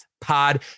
Pod